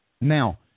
Now